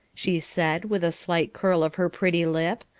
she said, with a slight curl of her pretty lip.